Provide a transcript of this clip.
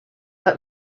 let